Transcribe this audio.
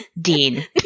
Dean